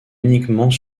uniquement